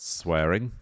swearing